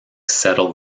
settle